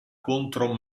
contro